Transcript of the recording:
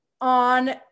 on